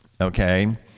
okay